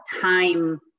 time